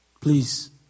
Please